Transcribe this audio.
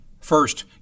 First